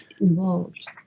involved